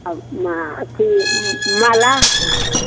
आब मा अथी माला